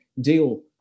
deal